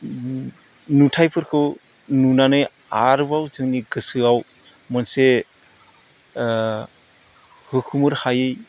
नुथायफोरखौ नुनानै आरोबाव जोंनि गोसोआव मोनसे हुखुमोर हायै